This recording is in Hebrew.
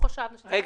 מה